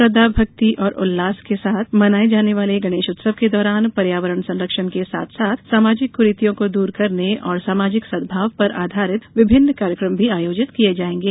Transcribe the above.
श्रद्वाभक्ति और उल्लास के साथ मनाये जाने वाले गणेश उत्सव के दौरान पर्यावरण संरक्षण के साथ साथ सामाजिक कुरीतियों को दूर करने और सामाजिक सद्भाव पर आधारित विभिन्न कार्यक्रम भी आयोजित किये जायेंगे